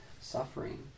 suffering